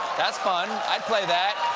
that's fun. i'd play that.